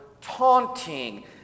taunting